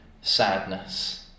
sadness